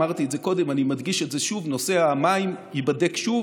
אמרתי את זה קודם ואני מדגיש את זה שוב: נושא המים ייבדק שוב.